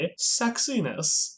sexiness